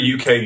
UK